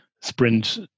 sprint